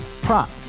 Prop